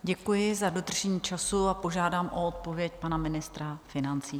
Děkuji za dodržení času a požádám o odpověď pana ministra financí.